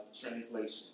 translation